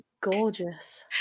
gorgeous